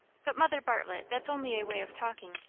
but, mother bartlett, that's only a way of talking.